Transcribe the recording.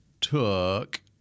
took –